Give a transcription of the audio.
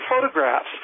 photographs